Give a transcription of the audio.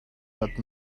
but